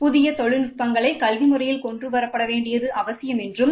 புதிய தொழில்நுட்டங்களை கல்வி முறையில் கொண்டுவரப்பட வேண்டியது அவசியம் என்றும்